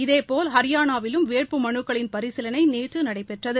இதேபோல் ஹரியானாவிலும் வேட்பு மனுக்களின் பரிசீலனை நேற்று நடைபெற்றது